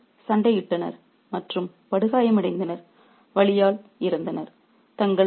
அவர்கள் இருவரும் சண்டையிட்டனர் மற்றும் படுகாயமடைந்தனர் வலியால் இறந்தனர்